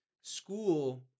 school